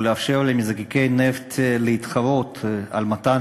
ולאפשר למזקקי נפט להתחרות על מתן